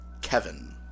Kevin